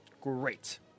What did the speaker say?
great